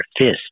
fist